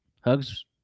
hugs